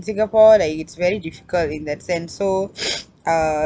singapore like it's very difficult in that sense so uh